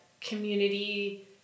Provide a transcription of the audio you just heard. community